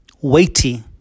weighty